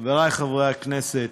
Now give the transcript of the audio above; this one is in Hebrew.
חברי חברי הכנסת,